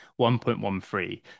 1.13